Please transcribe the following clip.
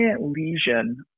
lesion